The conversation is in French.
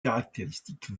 caractéristiques